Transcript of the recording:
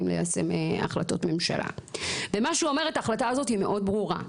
ליישם החלטות ממשלה ומה שאומרת ההחלטה הזאת היא מאוד ברורה,